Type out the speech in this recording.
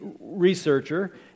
researcher